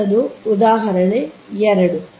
ಮುಂದಿನದು ಈಗ ಉದಾಹರಣೆ 2